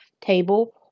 table